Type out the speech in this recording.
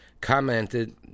commented